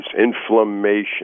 inflammation